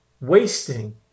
wasting